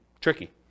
tricky